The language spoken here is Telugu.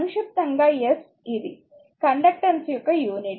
సంక్షిప్తంగాs ఇది కండక్టెన్స్ యొక్క యూనిట్